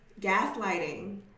gaslighting